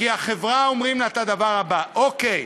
כי החברה, אומרים לה את הדבר הבא: אוקיי,